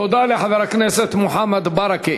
תודה לחבר הכנסת מוחמד ברכה.